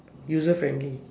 user friendly